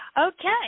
Okay